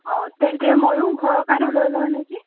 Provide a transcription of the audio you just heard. অঁ তেন্তে ময়ো ঘৰৰ কাৰণে লৈ লওঁ নেকি